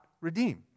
redeem